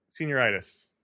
senioritis